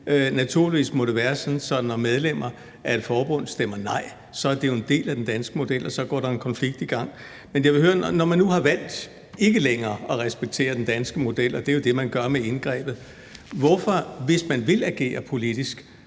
Naturligvis må det være sådan, at når medlemmer af et forbund stemmer nej, er det jo en del af den danske model, og så går der en konflikt i gang. Men jeg vil høre: Når man nu har valgt ikke længere at respektere den danske model, og det er jo det, man gør med indgrebet, hvorfor vælger man dog så – hvis man vil agere politisk